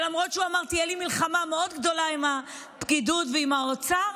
שלמרות שהוא אמר: תהיה לי מלחמה גדולה מאוד עם הפקידות ועם האוצר,